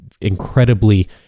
incredibly